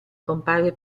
compare